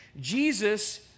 Jesus